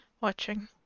watching